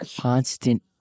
constant